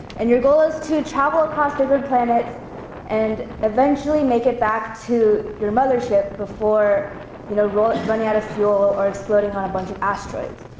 and your goal is to travel across different planets and eventually make it back to your mothership before you know ah running out of fuel or exploding on a bunch of asteroids.